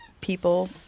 people